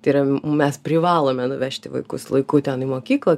tai yra mes privalome nuvežti vaikus laiku ten į mokyklą